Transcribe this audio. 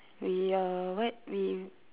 we uh what we